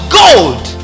gold